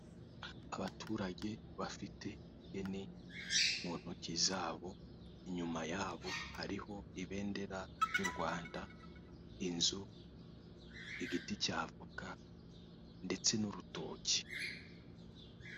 Abaturange bafiti ihene mu ntoki zabo, inyuma yabo bari ibendera ry'u Rwanda, inzu, igiti cy'avoka ndetse n'urutoki.